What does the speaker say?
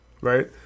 Right